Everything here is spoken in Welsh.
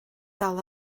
dal